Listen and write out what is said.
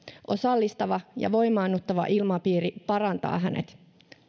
osallistava ja voimaannuttava ilmapiiri parantaa hänet